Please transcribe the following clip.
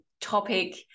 topic